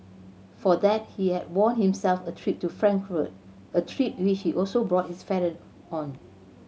for that he had won himself a trip to Frankfurt a trip which he also brought his on